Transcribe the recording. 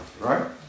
right